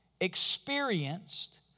experienced